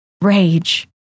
rage